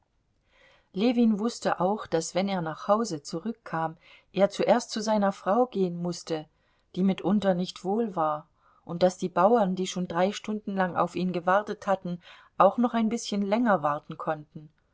ljewin wußte auch daß wenn er nach hause zurückkam er zuerst zu seiner frau gehen mußte die mitunter nicht wohl war und daß die bauern die schon drei stunden lang auf ihn gewartet hatten auch noch ein bißchen länger warten konnten